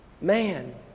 man